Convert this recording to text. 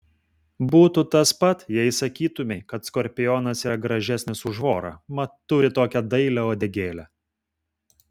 būtų tas pat jei sakytumei kad skorpionas yra gražesnis už vorą mat turi tokią dailią uodegėlę